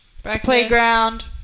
Playground